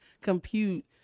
compute